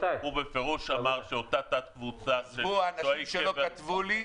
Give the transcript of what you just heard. הוא בפירוש אמר שאותה תת קבוצה --- כתבו לי,